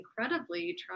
incredibly